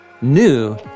new